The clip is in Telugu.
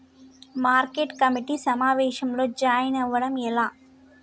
మార్కెట్ కమిటీ సమావేశంలో జాయిన్ అవ్వడం ఎలా?